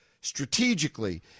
strategically